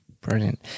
brilliant